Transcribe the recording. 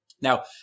Now